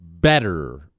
better